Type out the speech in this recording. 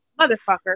motherfucker